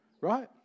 right